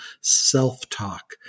self-talk